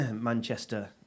Manchester